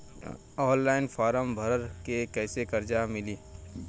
Online form भर के कैसे कर्जा मिली?